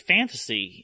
Fantasy